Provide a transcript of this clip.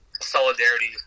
solidarity